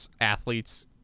athletes